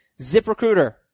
ZipRecruiter